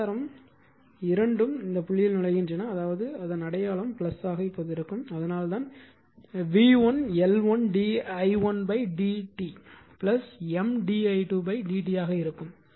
இந்த மின்சாரமும் புள்ளியில் நுழைகின்றன அதாவது அடையாளம் ஆக இருக்கும் அதனால்தான் v1 L1 d i1 dt M di2 dt ஆக இருக்கும்